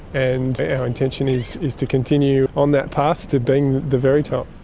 and our intention is is to continue on that path to being the very top.